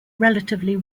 relatively